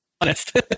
honest